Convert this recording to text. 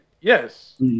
Yes